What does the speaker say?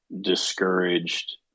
discouraged